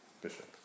bishop